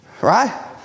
Right